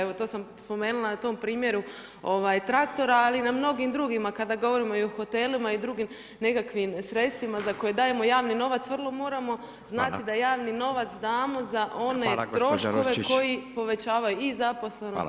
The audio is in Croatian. Evo to sam spomenula na tom primjeru traktora ali i na mnogim drugima kada govorimo o hotelima i drugim nekakvim sredstvima za koje dajemo javni novac, moramo znati da javni novac damo za one troškove koji povećavaju i zaposlenost i sve.